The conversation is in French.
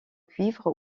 cuivre